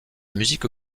musique